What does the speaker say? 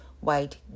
white